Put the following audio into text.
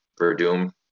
Verdum